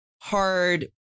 hard